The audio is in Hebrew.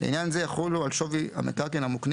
לעניין זה יחולו על שווי המקרקעין המוקנים